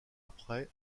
après